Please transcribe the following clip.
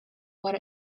what